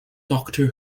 doctor